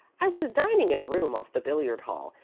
i was dining in a room off the billiard-hall,